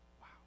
Wow